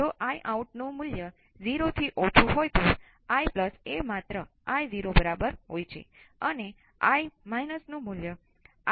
આ natural responses હશે